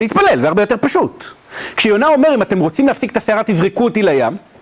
להתפלל והרבה יותר פשוט כשיונה אומר אם אתם רוצים להפסיק את הסערה תזרקו אותי לים